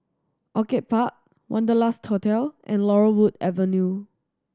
Orchid Park Wanderlust Hotel and Laurel Wood Avenue